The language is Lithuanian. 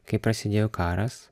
kai prasidėjo karas